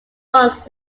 once